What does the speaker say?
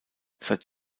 seit